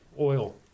oil